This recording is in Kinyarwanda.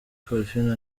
parfine